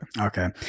Okay